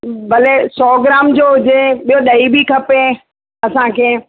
भले सौ ग्राम जो हुजे ॿियो ॾही बि खपे असांखे